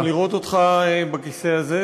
לראות אותך בכיסא הזה,